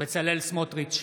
בצלאל סמוטריץ'